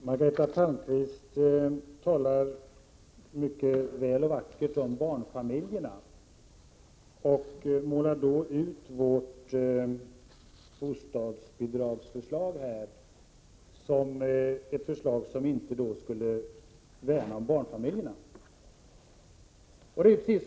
Herr talman! Margareta Palmqvist talar mycket vackert och väl om barnfamiljerna och målar därvid ut vårt bostadsbidragsförslag som ett förslag som inte skulle värna om barnfamiljerna.